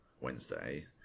Wednesday